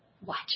watch